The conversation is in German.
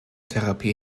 therapie